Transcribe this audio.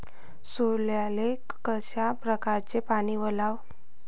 सोल्याले कशा परकारे पानी वलाव?